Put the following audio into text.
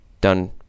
done